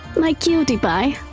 my cutie pie.